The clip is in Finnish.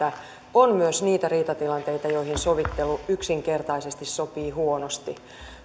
on myös niitä riitatilanteita joihin sovittelu yksinkertaisesti sopii huonosti